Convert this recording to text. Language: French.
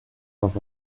dans